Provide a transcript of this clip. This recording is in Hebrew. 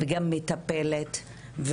וגם מטפלת,